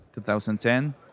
2010